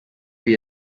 wie